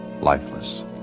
lifeless